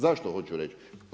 Zašto hoću reći?